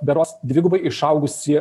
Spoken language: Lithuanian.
berods dvigubai išaugusį